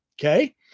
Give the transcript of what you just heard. Okay